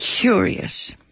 curious